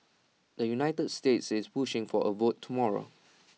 the united states is pushing for A vote tomorrow